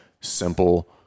simple